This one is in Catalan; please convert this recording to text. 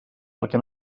perquè